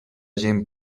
gent